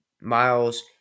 Miles